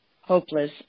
hopeless